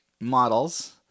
models